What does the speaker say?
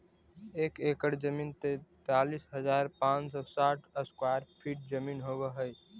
एक एकड़ जमीन तैंतालीस हजार पांच सौ साठ स्क्वायर फीट जमीन होव हई